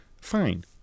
Fine